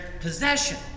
possession